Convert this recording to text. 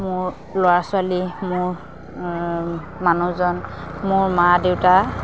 মোৰ ল'ৰা ছোৱালী মোৰ মানুহজন মোৰ মা দেউতা